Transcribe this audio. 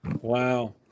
Wow